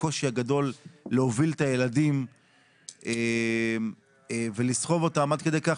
הקושי הגדול להוביל את הילדים ולסחוב אותם עד כדי כך